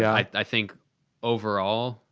i think overall,